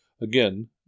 again